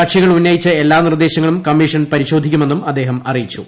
കക്ഷികൾ ഉന്നയിച്ച എല്ലാ നിർദ്ദേശങ്ങളും കമ്മീഷൻ പരിശോധ്ലിക്കുമെന്നും അദ്ദേഹം അറിയിച്ചു